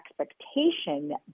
expectation